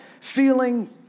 feeling